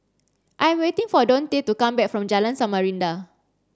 I'm waiting for Dontae to come back from Jalan Samarinda